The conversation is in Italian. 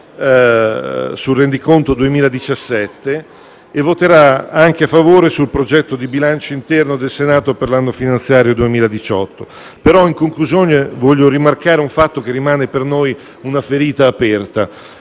favore del rendiconto 2017 e sul progetto di bilancio interno del Senato per l'anno finanziario 2018. In conclusione, voglio rimarcare un fatto che rimane per noi una ferita aperta: